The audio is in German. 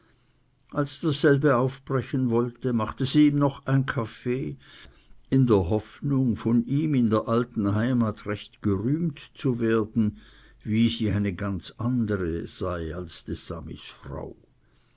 als dasselbe aufbrechen wollte machte sie ihm noch ein kaffee in der hoffnung von ihm in der alten heimat recht gerühmt zu werden wie sie eine ganz andere sei als des samis frau